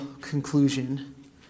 conclusion